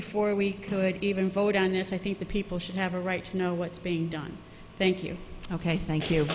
before we could even vote on this i think the people should have a right to know what's being done thank you ok thank you